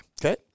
Okay